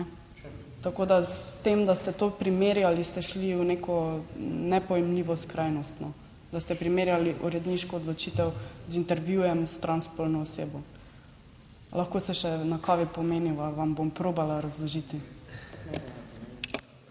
Tako da s tem, da ste to primerjali, ste šli v neko nepojmljivo skrajnost, da ste primerjali uredniško odločitev z intervjujem s transspolno osebo. Lahko se še na kavi pomeniva, vam bom probala razložiti.